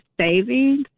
savings